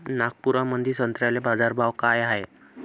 नागपुरामंदी संत्र्याले बाजारभाव काय हाय?